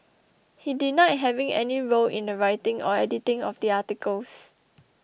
he denied having any role in the writing or editing of the articles